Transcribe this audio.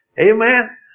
Amen